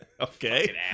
Okay